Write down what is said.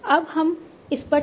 अब हम इस पर चलते हैं